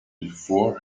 before